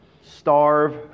starve